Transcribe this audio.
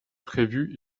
prévu